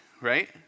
right